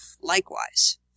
likewise